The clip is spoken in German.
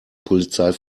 polizei